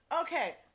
Okay